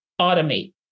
automate